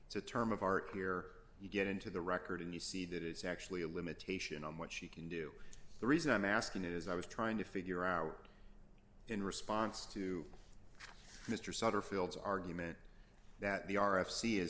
is a term of art here you get into the record and you see that it's actually a limitation on what you can do the reason i'm asking is i was trying to figure out in response to mr satterfield argument that the r f c is